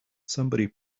somebody